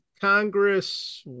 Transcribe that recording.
Congress